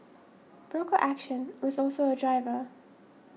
broker action was also a driver